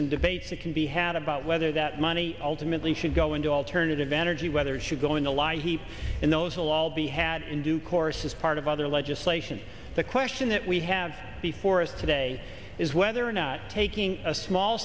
in debates that can be had about whether that money ultimately should go into alternative energy whether it should go in a lie heap and those will all be had in due course as part of other legislation the question that we have before us today is whether or not taking a small